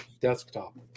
desktop